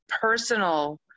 personal